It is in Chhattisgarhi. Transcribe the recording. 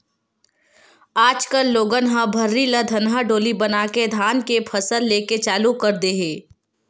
आज कल लोगन ह भर्री ल धनहा डोली बनाके धान के फसल लेके चालू कर दे हे